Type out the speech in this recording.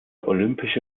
olympische